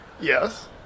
Yes